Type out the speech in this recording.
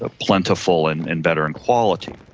ah plentiful and and better in quality.